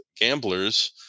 gamblers